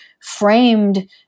framed